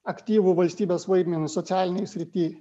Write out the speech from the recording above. aktyvų valstybės vaidmenį socialinėj srity